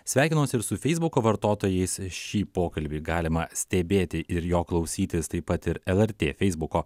sveikinuosi ir su feisbuko vartotojais šį pokalbį galima stebėti ir jo klausytis taip pat ir lrt feisbuko